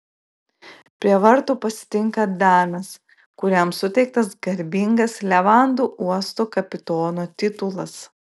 prie vartų pasitinka danas kuriam suteiktas garbingas levandų uosto kapitono titulas